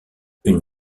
une